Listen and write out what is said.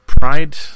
pride